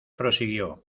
prosiguió